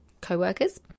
co-workers